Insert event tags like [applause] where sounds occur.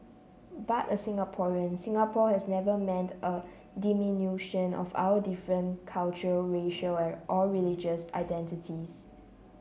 but a Singaporean Singapore has never meant a diminution of our different cultural racial [unintelligible] or religious identities